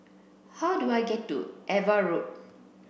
how do I get to Ava Road